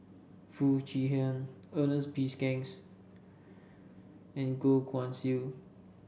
Foo Chee Han Ernest P and Goh Guan Siew